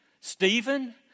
Stephen